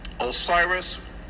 Osiris